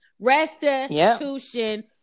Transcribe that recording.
restitution